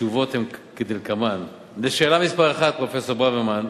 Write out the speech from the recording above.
התשובות הן כדלקמן: לשאלה מס' 1, פרופסור ברוורמן,